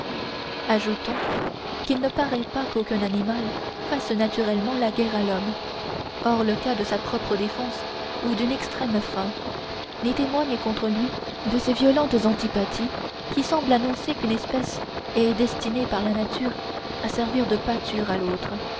ajoutons qu'il ne paraît pas qu'aucun animal fasse naturellement la guerre à l'homme hors le cas de sa propre défense ou d'une extrême faim ni témoigne contre lui de ces violentes antipathies qui semblent annoncer qu'une espèce est destinée par la nature à servir de pâture à l'autre